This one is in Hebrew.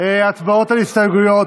על הסתייגויות.